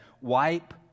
Wipe